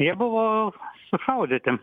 jie buvo sušaudyti